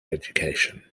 education